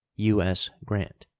u s. grant.